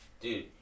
Dude